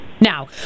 now